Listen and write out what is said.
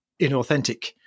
inauthentic